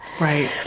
Right